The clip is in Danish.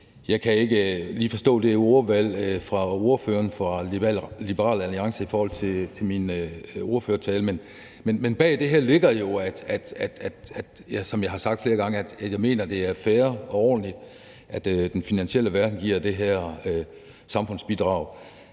Jeg kan ikke lige forstå det ordvalg fra ordføreren for Liberal Alliance i forhold til min ordførertale, men bag det her ligger jo, som jeg har sagt flere gange, at jeg mener, at det er fair og ordentligt, at den finansielle verden giver det her samfundsbidrag.